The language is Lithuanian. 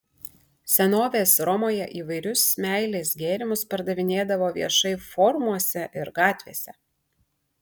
senovės romoje įvairius meilės gėrimus pardavinėdavo viešai forumuose ir gatvėse